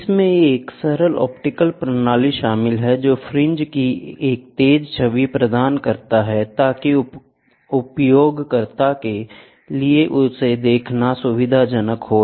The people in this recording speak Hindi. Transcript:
इसमें एक सरल ऑप्टिकल प्रणाली शामिल है जो फ्रिंज की एक तेज छवि प्रदान करता है ताकि उपयोगकर्ता के लिए उन्हें देखना सुविधाजनक हो